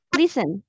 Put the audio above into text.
listen